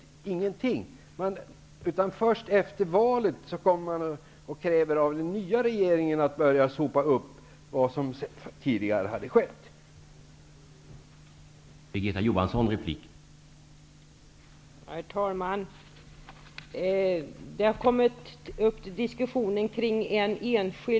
Den gjorde ingenting, utan först efter valet kom man och krävde av den nya regeringen att den skulle börja sopa upp efter det som skett tidigare.